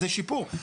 זה שיפור,